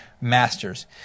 masters